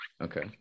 okay